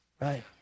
right